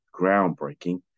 groundbreaking